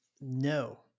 No